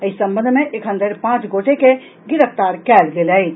एहि संबंध मे एखन धरि पांच गोटे के गिरफ्तार कयल गेल अछि